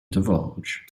divulge